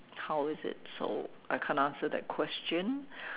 how is it so I can't answer that question